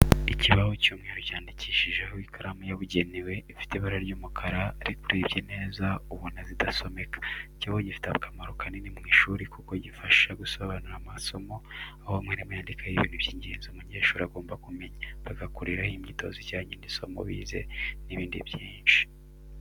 Ikibaho cy'umweru cyandikishijeho ikaramu yabugenewe ifite ibara ry'umukara ariko urebye neza ubona zidasomeka. Ikibaho gifite akamaro kanini mu ishuri kuko gifasha gusobanura amasomo aho mwarimu yandikaho ibintu by'ingenzi umunyeshuri agomba kumenya, bagakoreraho imyitozo ijyanye isomo bize n'ibindi byinshi.